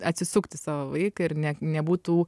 atsisukt į savo vaiką ir net nebūt tų